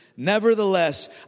Nevertheless